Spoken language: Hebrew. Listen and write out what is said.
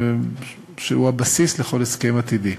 שהוא הבסיס לכל הסכם עתידי.